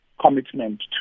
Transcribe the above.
commitment